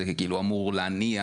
זה כאילו אמור להניע